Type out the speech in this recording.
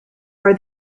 are